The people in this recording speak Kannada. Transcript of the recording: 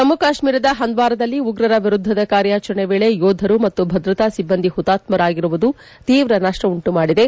ಜಮ್ಮು ಕಾಶ್ಮೀರದ ಹಂದ್ವಾರದಲ್ಲಿ ಉಗ್ರರ ವಿರುದ್ದದ ಕಾರ್ಯಾಚರಣೆ ವೇಳೆ ಯೋಧರು ಮತ್ತು ಭದ್ರತಾ ಸಿಬ್ಬಂದಿ ಹುತಾತ್ಮರಾಗಿರುವುದು ತೀವ್ರ ನಡ್ಡ ಉಂಟುಮಾಡಿದೆ